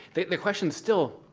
the the question still